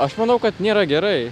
aš manau kad nėra gerai